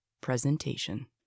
presentation